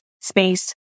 space